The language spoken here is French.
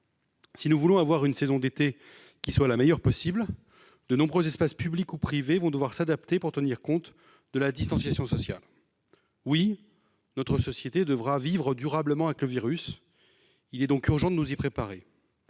Pour que notre saison d'été soit la meilleure possible, de nombreux espaces publics ou privés vont devoir s'adapter, afin de tenir compte de la distanciation sociale. Oui, notre société devra « vivre durablement avec le virus »! Il est donc urgent de nous y préparer.